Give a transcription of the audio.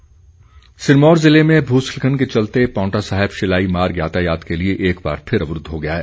भूस्खलन सिरमौर ज़िले में भूस्खलन के चलते पांवटा साहिब शिलाई मार्ग यातायात के लिए एक बार फिर अवरूद्व हो गया है